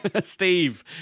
Steve